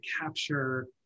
capture